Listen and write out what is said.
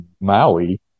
Maui